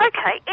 Okay